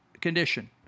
condition